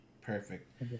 Perfect